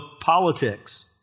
politics